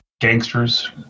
gangsters